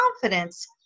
confidence